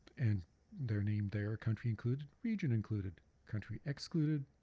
and their name their country included, region included, country excluded,